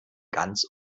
ganz